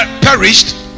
perished